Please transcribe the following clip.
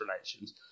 relations